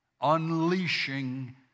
Unleashing